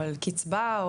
אבל קצבה,